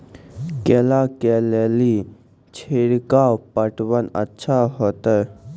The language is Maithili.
केला के ले ली छिड़काव पटवन अच्छा होते?